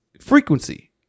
Frequency